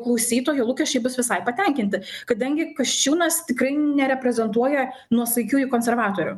klausytojo lūkesčiai bus visai patenkinti kadangi kasčiūnas tikrai nereprezentuoja nuosaikiųjų konservatorių